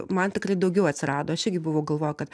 man tikrai daugiau atsirado aš igi buvau galvojau kad